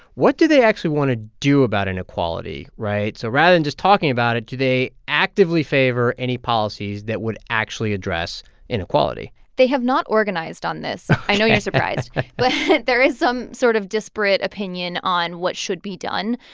what do they actually want to do about inequality, right? so rather than just talking about it, do they actively favor any policies that would actually address inequality? they have not organized on this ok i know you're surprised. but there is some sort of disparate disparate opinion on what should be done.